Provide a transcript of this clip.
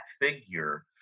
figure